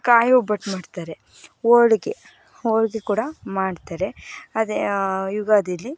ಕಾಯಿ ಒಬ್ಬಟ್ಟು ಮಾಡ್ತಾರೆ ಹೋಳ್ಗೆ ಹೋಳಿಗೆ ಕೂಡ ಮಾಡ್ತಾರೆ ಅದೇ ಯುಗಾದೀಲಿ